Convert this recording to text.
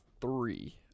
three